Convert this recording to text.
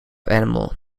animal